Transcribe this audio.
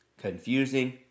confusing